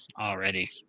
already